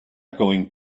going